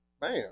Bam